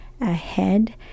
ahead